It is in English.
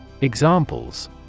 Examples